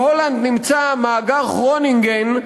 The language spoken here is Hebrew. בהולנד נמצא מאגר "כרונינגן",